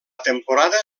temporada